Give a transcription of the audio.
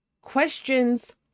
Questions